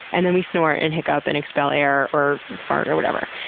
and then we snort and hiccup and expel air or fart or whatever.